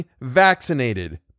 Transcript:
vaccinated